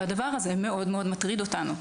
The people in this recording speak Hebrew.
הדבר הזה מאוד מאוד מטריד אותנו.